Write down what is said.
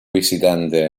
visitante